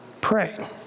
pray